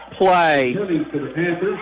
play